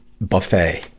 buffet